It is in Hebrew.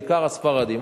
בעיקר הספרדים,